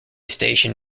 station